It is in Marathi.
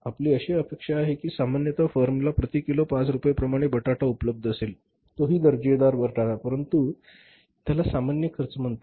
आपली अशी अपेक्षा आहे की सामान्यतः फर्मला प्रति किलो पाच रुपये प्रमाणे बटाटा उपलब्ध असेल तो हि दर्जेदार बटाटा आणि त्याला सामान्य खर्च म्हणतात